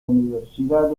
universidad